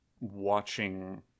watching